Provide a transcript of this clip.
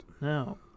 No